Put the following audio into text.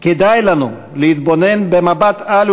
כדאי לנו להתבונן במבט-על,